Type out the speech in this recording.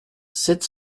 sept